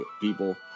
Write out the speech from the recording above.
people